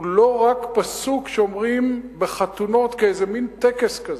הוא לא רק פסוק שאומרים בחתונות כאיזה מין טקס כזה.